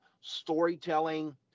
storytelling